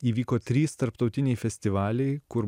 įvyko trys tarptautiniai festivaliai kur